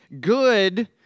good